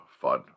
fun